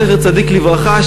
זכר צדיק לברכה,